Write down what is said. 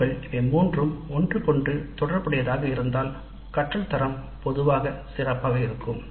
ஓக்கள் இவை மூன்றும் ஒன்றுக்கொன்று தொடர்புடையதாக இருந்தால் கற்றல் தரம் பொதுவாக சிறப்பாக இருக்கும்